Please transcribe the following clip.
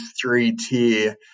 three-tier